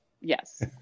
Yes